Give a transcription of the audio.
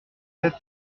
sept